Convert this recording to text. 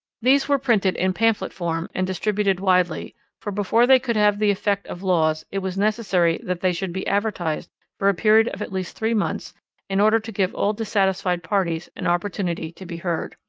these were printed in pamphlet form and distributed widely for before they could have the effect of laws it was necessary that they should be advertised for a period of at least three months in order to give all dissatisfied parties an opportunity to be heard.